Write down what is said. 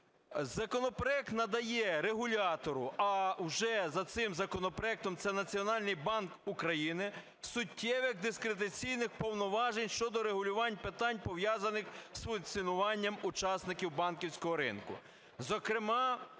Законопроект надає регулятору - а вже за цим законопроектом це Національний банк України, - суттєвих дискреційних повноважень щодо регулювання питань, пов'язаних з функціонуванням учасників банківського ринку.